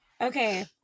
Okay